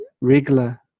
regular